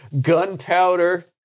gunpowder